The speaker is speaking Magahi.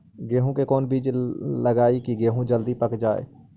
गेंहू के कोन बिज लगाई कि गेहूं जल्दी पक जाए?